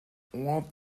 what